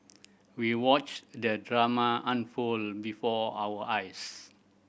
we watched the drama unfold before our eyes